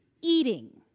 eating